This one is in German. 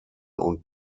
und